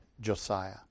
Josiah